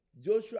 Joshua